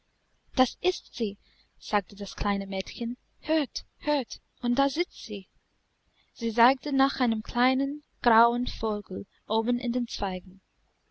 das ist sie sagte das kleine mädchen hört hört und da sitzt sie sie zeigte nach einem kleinen grauen vogel oben in den zweigen